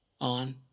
on